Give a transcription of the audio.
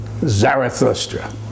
Zarathustra